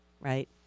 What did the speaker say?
right